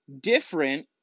Different